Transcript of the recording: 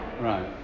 Right